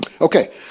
Okay